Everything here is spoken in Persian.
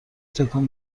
تکون